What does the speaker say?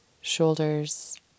shoulders